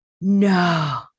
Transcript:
No